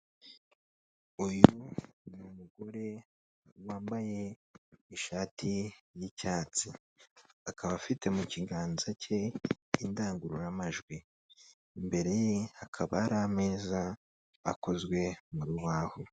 Uyu ni umugore wambaye ishati y'icyatsi, akaba afite mu kiganza cye indangurura majwi, imbere hakaba hari ameza akozwe mu rubaho.